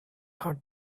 hard